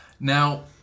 Now